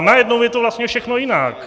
A najednou je to vlastně všechno jinak.